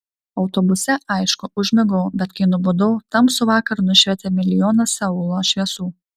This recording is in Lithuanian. autobuse aišku užmigau bet kai nubudau tamsų vakarą nušvietė milijonas seulo šviesų